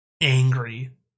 angry